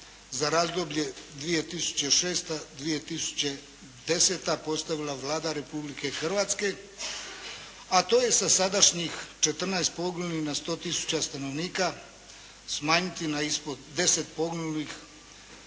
za razdoblje 2006./2010. postavila Vlada Republike Hrvatske, a to je sa sadašnjih 14 poginulih na 100 tisuća stanovnika, smanjiti na ispod 10 poginulih na